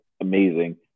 amazing